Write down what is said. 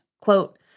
Quote